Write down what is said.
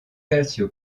calcio